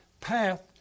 path